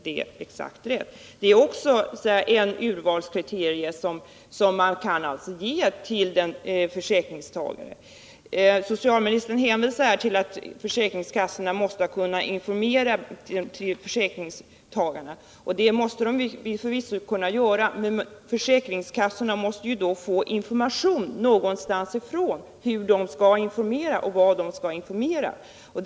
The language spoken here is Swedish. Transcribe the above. Det är också ett urvalskriterium, som man kan ge försäkringstagaren upplysning om. Socialministern hänvisar till att försäkringskassorna måste kunna informera försäkringstagarna, och det måste de förvisso kunna göra, men försäkringskassorna måste då få information någonstans ifrån om hur de skall informera och vad de skall informera om.